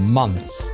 months